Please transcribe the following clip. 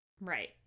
Right